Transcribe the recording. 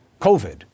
COVID